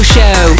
Show